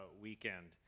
weekend